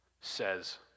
says